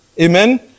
Amen